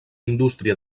indústria